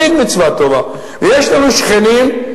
יש לנו שכנים,